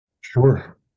Sure